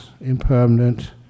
impermanent